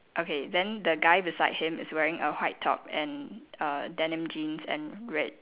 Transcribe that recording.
okay then the guy beside him is wearing a white top and uh denim jeans and red